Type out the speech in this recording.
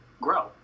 grow